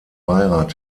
beirat